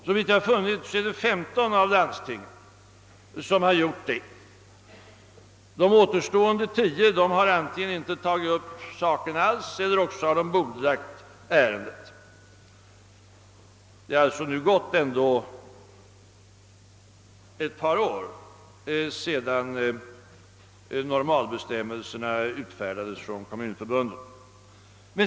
Såvitt jag kan finna har femton landsting nu gjort det. De återstående tio har antingen inte alls tagit upp ärendet eller också bordlagt det. Det har dock nu gått ett par år sedan Kommunförbundet utfärdade normalbestämmelserna.